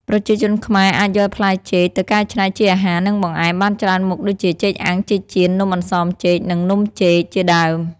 ប្រជាជនខ្មែរអាចយកផ្លែចេកទៅកែច្នៃជាអាហារ និងបង្អែមបានច្រើនមុខដូចជា ចេកអាំង ចេកចៀន នំអន្សមចេក និង នំចេក ជាដើម។